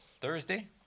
Thursday